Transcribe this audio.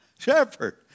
Shepherd